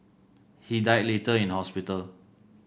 he died later in hospital